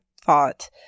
thought